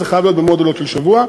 זה חייב להיות במודולות של שבוע.